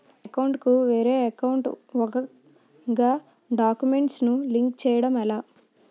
నా అకౌంట్ కు వేరే అకౌంట్ ఒక గడాక్యుమెంట్స్ ను లింక్ చేయడం ఎలా?